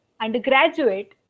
undergraduate